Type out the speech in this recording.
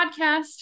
podcast